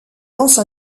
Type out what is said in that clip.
lance